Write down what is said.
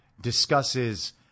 discusses